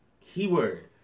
Keyword